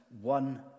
one